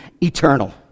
eternal